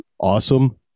awesome